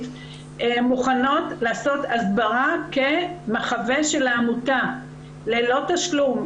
אנחנו מוכנות לעשות הסברה ללא תשלום,